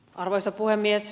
arvoisa puhemies